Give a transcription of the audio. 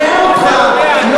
נראה אותך,